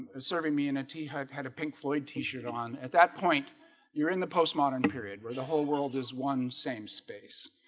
ah serving me in a tea i've had a pink floyd t-shirt on at that point you're in the postmodern period where the whole world is one same space